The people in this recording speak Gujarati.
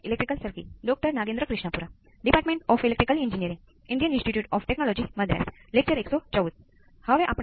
આ પાઠમાં આપણે પ્રથમ ઓર્ડર સિસ્ટમ માટે સાચું કે તેને અનુરૂપ મોટું હશે